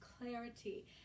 clarity